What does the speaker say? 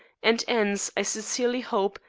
and ends, i sincerely hope,